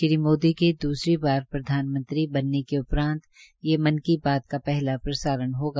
श्री मोदी के दूसरी बार प्रधानमंत्री बनने उपरान्त के ये मन की बात का पहला प्रसारण होगा